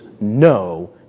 no